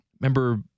Remember